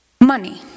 Money